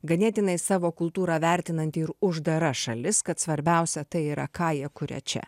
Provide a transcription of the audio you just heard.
ganėtinai savo kultūrą vertinanti ir uždara šalis kad svarbiausia tai yra ką jie kuria čia